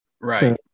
right